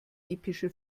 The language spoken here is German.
epische